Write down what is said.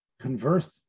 conversed